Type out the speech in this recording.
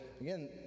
again